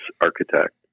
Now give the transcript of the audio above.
architect